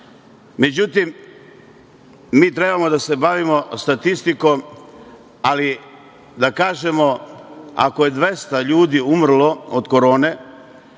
stradali.Međutim, mi trebamo da se bavimo statistikom, ali da kažemo – ako je 200 ljudi umrlo od korone,